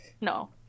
No